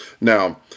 Now